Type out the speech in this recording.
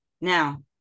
Now